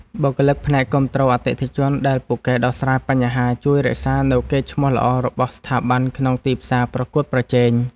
បុគ្គលិកផ្នែកគាំទ្រអតិថិជនដែលពូកែដោះស្រាយបញ្ហាជួយរក្សានូវកេរ្តិ៍ឈ្មោះល្អរបស់ស្ថាប័នក្នុងទីផ្សារប្រកួតប្រជែង។